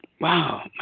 wow